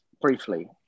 briefly